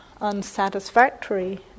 unsatisfactory